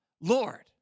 Lord